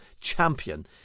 champion